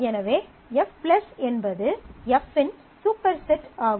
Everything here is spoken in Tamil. எனவே F என்பது F இன் சூப்பர்செட் ஆகும்